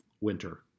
Winter